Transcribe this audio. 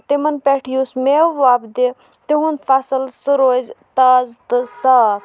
تِمَن پٮ۪ٹھ یُس میوٕ وۄپدِ تِہُنٛد فَصٕل سُہ روزِ تازٕ تہٕ صاف